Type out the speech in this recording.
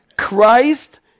Christ